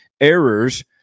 errors